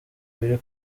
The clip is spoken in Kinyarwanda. biri